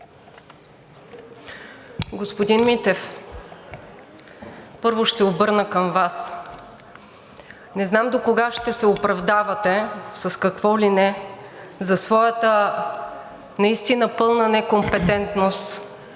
Господин Митев, първо ще се обърна към Вас. Не знам докога ще се оправдавате с какво ли не за своята наистина пълна некомпетентност